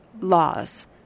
laws